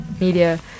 media